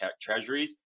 treasuries